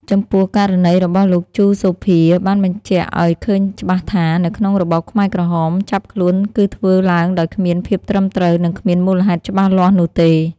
ចំពោះ ករណីរបស់លោក ជូ សូភា បានបញ្ជាក់ឱ្យឃើញច្បាស់ថា នៅក្នុងរបបខ្មែរក្រហមការចាប់ខ្លួនគឺធ្វើឡើងដោយគ្មានភាពត្រឹមត្រូវ និងគ្មានមូលហេតុច្បាស់លាស់នោះទេ។